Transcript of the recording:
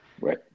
Right